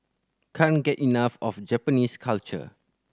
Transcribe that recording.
can't get enough of Japanese culture